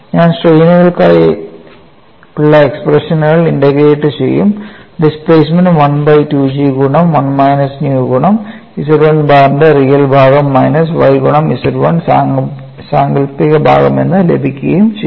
ഞാൻ സ്ട്രെയിനുകൾക്കായുള്ള എക്സ്പ്രഷനുകൾ ഇന്റഗ്രേഷൻ ചെയ്യുകയും ഡിസ്പ്ലേസ്മെൻറ് 1 ബൈ 2 G ഗുണം 1 മൈനസ് 2 ന്യൂ ഗുണം Z1 ബാറിൻറ് റിയൽ ഭാഗം മൈനസ് y ഗുണം Z1 സാങ്കല്പിക ഭാഗം എന്ന് ലഭിക്കുകയും ചെയ്തു